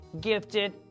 gifted